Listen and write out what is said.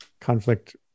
conflict